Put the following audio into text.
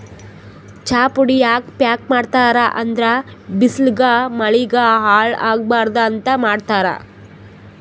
ಚಾಪುಡಿ ಯಾಕ್ ಪ್ಯಾಕ್ ಮಾಡ್ತರ್ ಅಂದ್ರ ಬಿಸ್ಲಿಗ್ ಮಳಿಗ್ ಹಾಳ್ ಆಗಬಾರ್ದ್ ಅಂತ್ ಮಾಡ್ತಾರ್